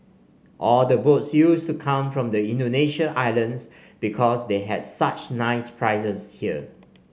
all the boats used to come from the Indonesian islands because they had such nice prizes here